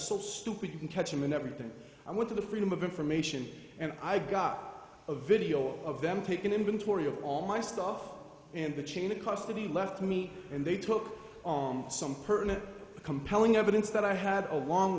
so stupid you can catch him in everything i want to the freedom of information and i got a video of them take an inventory of all my stuff and the chain of custody left me and they took on some personal compelling evidence that i had along